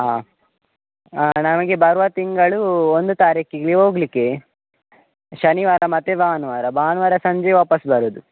ಹಾಂ ನಮಗೆ ಬರುವ ತಿಂಗಳು ಒಂದು ತಾರೀಕಿಗೆ ಹೋಗ್ಲಿಕೆ ಶನಿವಾರ ಮತ್ತು ಭಾನುವಾರ ಭಾನುವಾರ ಸಂಜೆ ವಾಪಸ್ ಬರೋದು